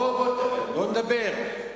בוא נדבר.